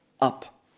up